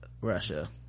russia